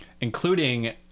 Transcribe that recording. Including